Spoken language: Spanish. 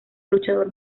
luchador